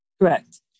Correct